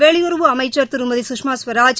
வெளியுறவு அமைச்சா் திருமதி கஷ்மா ஸ்வராஜ்